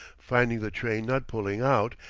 finding the train not pulling out,